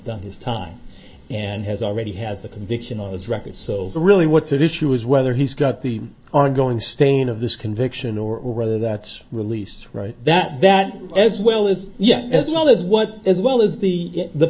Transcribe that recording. done his time and has already has a conviction on his record so really what's at issue is whether he's got the ongoing stain of this conviction or whether that's released right that that as well as yet as well as what as well as the the